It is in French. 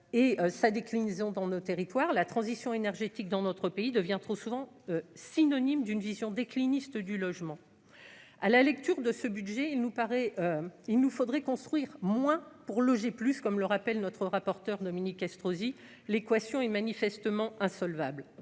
Et sa déclinaison dans nos territoires, la transition énergétique dans notre pays devient trop souvent synonyme d'une vision décliniste du logement à la lecture de ce budget, il nous paraît il nous faudrait construire moins pour loger plus, comme le rappelle notre rapporteur Dominique Estrosi, l'équation est manifestement insolvable,